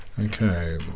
Okay